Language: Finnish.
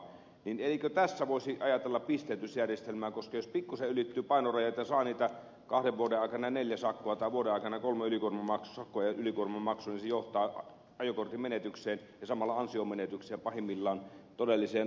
eikö tässä voisi ajatella pisteytysjärjestelmää koska jos pikkuisen ylittyy painorajat ja saa kahden vuoden aikana neljä sakkoa tai vuoden aikana kolme ylikuormamaksua niin se johtaa ajokortin menetykseen ja samalla ansionmenetykseen ja pahimmillaan todelliseen taloudelliseen katastrofiin